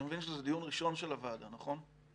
אני מבין שזה דיון ראשון של הוועדה, נכון?